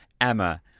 Emma